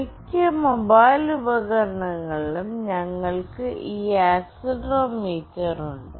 മിക്ക മൊബൈൽ ഉപകരണങ്ങളിലും ഞങ്ങൾക്ക് ഈ ആക്സിലറോമീറ്റർ ഉണ്ട്